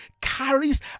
carries